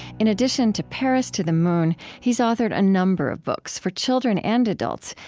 in addition to paris to the moon, he's authored a number of books for children and adults,